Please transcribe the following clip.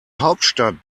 hauptstadt